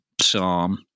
Psalm